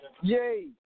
Yay